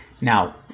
Now